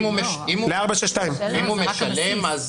אם הוא משלם.